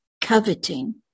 coveting